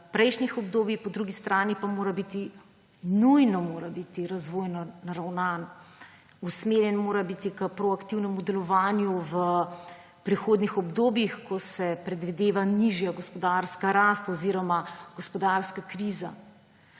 iz prejšnjih obdobij, po drugi strani pa mora biti, nujno mora biti, razvojno naravnan; usmerjen mora biti k proaktivnemu delovanju v prihodnjih obdobjih, ko se predvideva nižja gospodarska rast oziroma gospodarska kriza.